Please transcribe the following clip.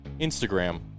Instagram